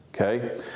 Okay